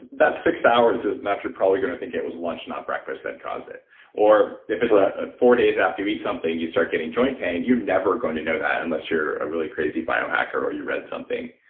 that six hours is enough, you're probably going to think it was lunch, not breakfast, that caused it correct or if it's ah ah four days after you eat something, you start getting joint pain, you're never going to know that unless you're a really crazy biohacker or you read something.